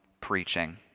preaching